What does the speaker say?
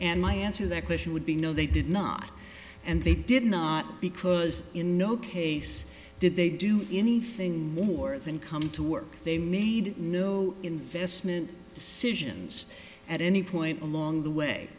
and my answer that question would be no they did not and they did not because in no case did they do anything more than come to work they made no investment decisions at any point along the way